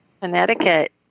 Connecticut